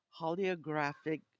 holographic